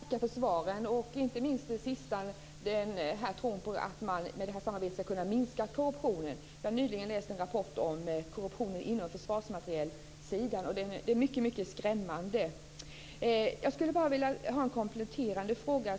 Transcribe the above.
Fru talman! Jag tackar för svaren, inte minst det sista, tron på att man med det här samarbetet ska kunna minska korruptionen. Jag har nyligen läst en rapport om korruptionen på försvarsmaterielsidan, och det är mycket skrämmande. Jag skulle bara vilja ställa en kompletterande fråga.